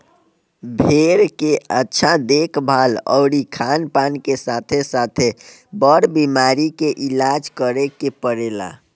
भेड़ के अच्छा देखभाल अउरी खानपान के साथे साथे, बर बीमारी के इलाज करे के पड़ेला